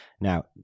Now